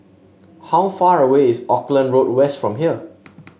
how far away is Auckland Road West from here